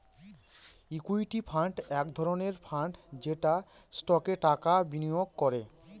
equity fund এক ধরনের fund যেটা স্টকে টাকা বিনিয়োগ করে